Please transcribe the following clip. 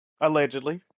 Allegedly